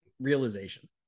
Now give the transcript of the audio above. realization